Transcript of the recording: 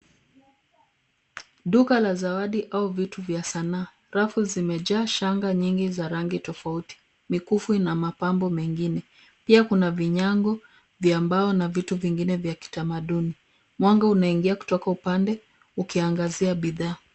Duka la zawadi au vitu vya sanaa. Rafu zimejaa shanga nyingi za rangi tofauti. Mikufu ina mapambo mengine. Pia kuna vinyago vya mbao na vitu vingine vya kitamaduni. Mwanga unaingia kutoka upande ukiangazia bidhaa.